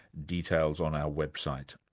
details on our website.